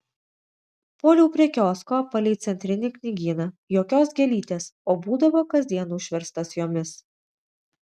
puoliau prie kiosko palei centrinį knygyną jokios gėlytės o būdavo kasdien užverstas jomis